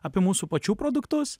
apie mūsų pačių produktus